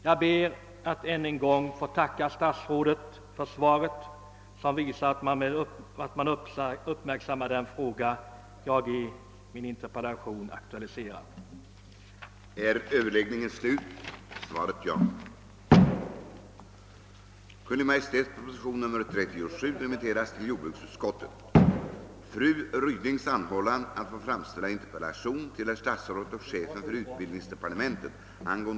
Jag ber att än en gång få tacka statsrådet för svaret, som visar att man uppmärksammar den fråga som jag aktualiserat i interpellationen. Undertecknad fär härmed anhålla om ledighet från riksdagsgöromålen från och med den 4 innevarande mars tills vidare cirka tio dagar för deltagande i arbetet vid nedrustningskonferensen i Genéve.